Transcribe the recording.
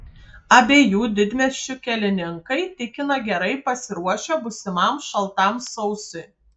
abiejų didmiesčių kelininkai tikina gerai pasiruošę būsimam šaltam sausiui